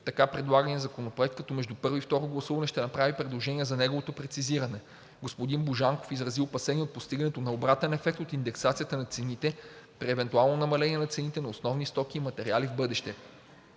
така предлагания законопроект, като между първо и второ гласуване ще направи предложения за неговото прецизиране. Господин Божанков изрази опасения от постигането на обратен ефект от индексацията на цените при евентуално намаление на цените на основни стоки и материали в бъдеще.